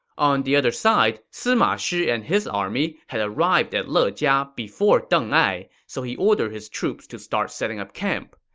on the other side, sima shi and his army had arrived at lejia before deng ai, so he ordered his troops to start setting up camp.